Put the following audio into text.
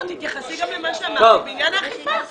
תתייחסי גם למה שאמרתי בעניין האכיפה.